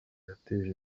yateje